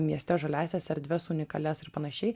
mieste žaliąsias erdves unikalias ir panašiai